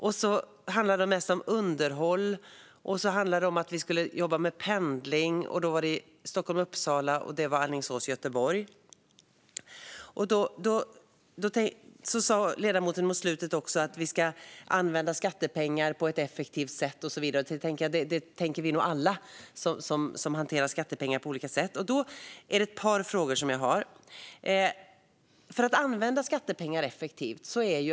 Det handlade även om underhåll och om att vi ska jobba med pendling; då gällde det Stockholm-Uppsala och Alingsås-Göteborg. Mot slutet sa ledamoten också att vi ska använda skattepengar på ett effektivt sätt, och det anser nog alla som hanterar skattepengar på olika sätt. Jag har ett par frågor om detta.